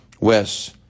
Wes